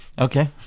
Okay